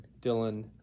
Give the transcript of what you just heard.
Dylan